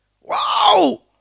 Wow